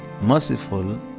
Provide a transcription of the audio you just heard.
merciful